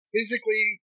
Physically